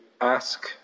ask